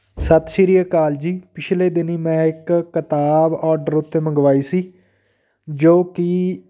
ਸਤਿ ਸ਼੍ਰੀ ਅਕਾਲ ਜੀ ਪਿਛਲੇ ਦਿਨੀਂ ਮੈਂ ਇੱਕ ਕਿਤਾਬ ਔਡਰ ਉੱਤੇ ਮੰਗਵਾਈ ਸੀ ਜੋ ਕਿ